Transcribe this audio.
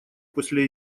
после